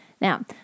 Now